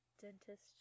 Dentist